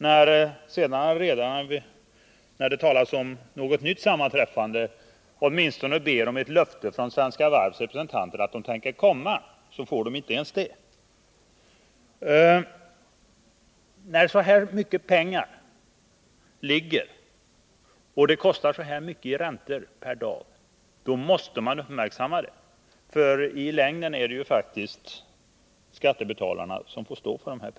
När det sedan talas om ett nytt sammanträffande och redarna ber om åtminstone ett löfte från Svenska Varvs representanter om att de tänker komma, så får redarna inte ens det. När så här mycket pengar ligger i denna verksamhet och den kostar så mycket i räntor per dag måste man uppmärksamma detta, för i längden är det faktiskt skattebetalarna som får stå för pengarna.